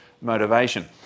motivation